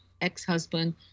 ex-husband